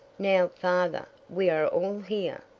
now, father, we are all here.